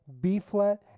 B-flat